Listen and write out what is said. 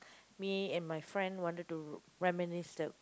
me and my friend wanted to reminisce the